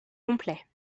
complet